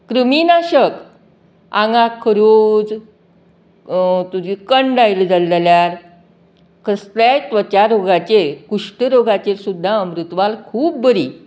कृमीनाशक आंगाक रोग कंड आयलो जाय जाल्यार कसल्याय त्वचा रोगाचेर कुश्टरोगाचर सुद्दां अमृतवाल खूब बरीं